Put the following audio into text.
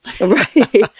Right